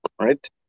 Right